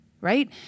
Right